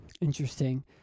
Interesting